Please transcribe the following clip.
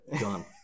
gone